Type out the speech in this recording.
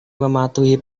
mematuhi